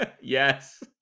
Yes